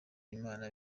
imana